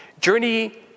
Journey